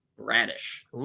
Radish